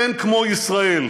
אין כמו ישראל.